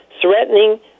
threatening